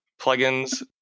Plugins